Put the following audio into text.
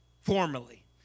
formally